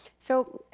so,